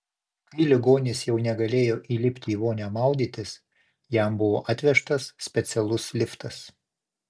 kai ligonis jau negalėjo įlipti į vonią maudytis jam buvo atvežtas specialus liftas